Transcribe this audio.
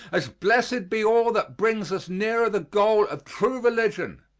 as blessed be all that brings us nearer the goal of true religion,